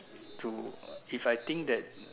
to if I think that